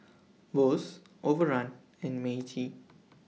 Bose Overrun and Meiji